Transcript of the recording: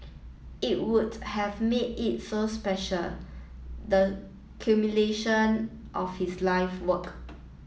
it would have made it so special the culmination of his life work